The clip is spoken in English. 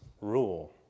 rule